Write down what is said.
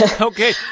Okay